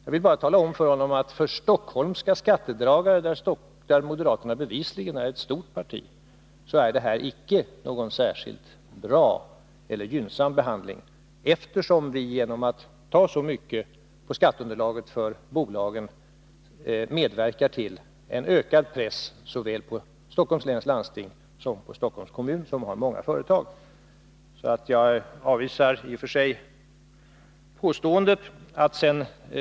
Jag vill bara tala om för honom att för skattedragare i Stockholm, där moderaterna bevisligen är ett stort parti, är vårt förslag inte särskilt gynnsamt, eftersom vi genom att ta så mycket av skatteunderlaget för bolagen medverkar till en ökad press på såväl Stockholms läns landsting som Stockholms kommun, som har många företag. Jag avvisar alltså påståendet.